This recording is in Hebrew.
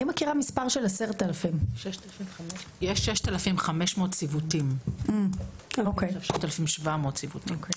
אני מכירה מספר של 10000. יש 6500 ציוותים - 6700 ציוותים.